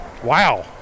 Wow